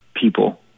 people